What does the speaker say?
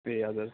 ए हजुर हजुर